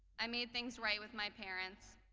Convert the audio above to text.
i made things right with my parents,